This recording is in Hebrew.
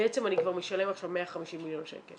בעצם אני כבר משלם עכשיו 150 מיליון שקל.